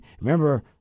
Remember